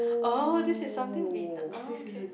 oh this is something we d~ oh okay